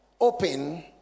open